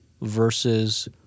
versus